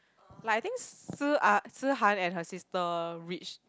like I think si~ ah Si-Han and her sister reached